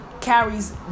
carries